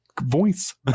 voice